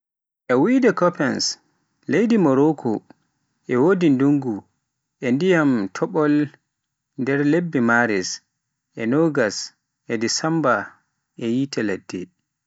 E wiyde Koppens leydi Maroko, e wodi ndungu e dyiman topol e nder lebbe Maris e nogas e Desemba e yiite ladde.